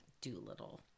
Doolittle